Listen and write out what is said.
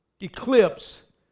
eclipse